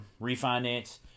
refinance